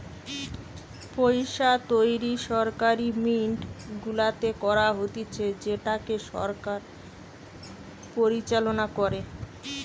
পইসা তৈরী সরকারি মিন্ট গুলাতে করা হতিছে যেটাকে সরকার পরিচালনা করে